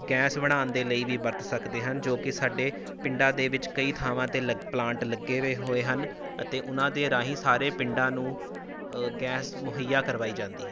gas ਬਣਾਉਣ ਦੇ ਲਈ ਵੀ ਵਰਤ ਸਕਦੇ ਹਨ ਜੋ ਕਿ ਸਾਡੇ ਪਿੰਡਾਂ ਦੇ ਵਿੱਚ ਕਈ ਥਾਵਾਂ 'ਤੇ ਲਗ ਪਲਾਂਟ ਲੱਗੇ ਵੇ ਹੋਏ ਹਨ ਅਤੇ ਉਨ੍ਹਾਂ ਦੇ ਰਾਹੀਂ ਸਾਰੇ ਪਿੰਡਾਂ ਨੂੰ ਗੈਸ ਮੁਹੱਈਆ ਕਰਵਾਈ ਜਾਂਦੀ ਹੈ